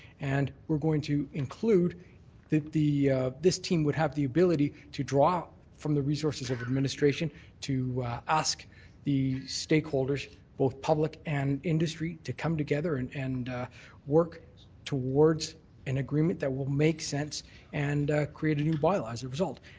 and we're going to include the this team would have the ability to draw from the resources of administration to ask the stakeholders both public and industry to come together and and work towards an agreement that will make sense and create a new bylaw as a result.